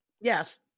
Yes